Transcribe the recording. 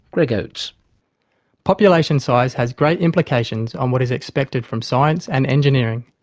greg oates population size has great implications on what is expected from science and engineering,